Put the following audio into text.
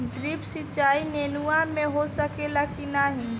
Drip सिंचाई नेनुआ में हो सकेला की नाही?